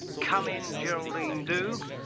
come in geraldine doogue.